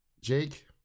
Jake